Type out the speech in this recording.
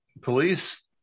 Police